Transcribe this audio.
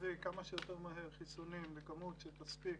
להביא כמה שיותר מהר חיסונים בכמות שתספיק